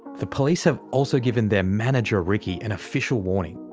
the police have also given their manager ricky an official warning,